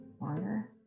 longer